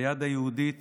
היד היהודית